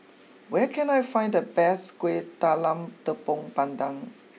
where can I find the best Kueh Talam Tepong Pandan